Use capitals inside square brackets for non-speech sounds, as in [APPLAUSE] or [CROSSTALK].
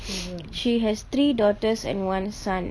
[NOISE] she has three daughters and one son